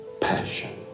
passion